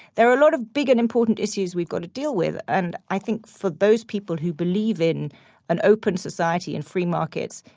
there are a lot of big and important issues we've got to deal with. and i think for those people who believe in an open society and free markets,